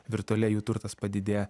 virtualiai jų turtas padidėja